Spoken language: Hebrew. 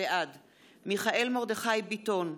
בעד מיכאל מרדכי ביטון,